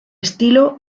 estilo